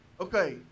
okay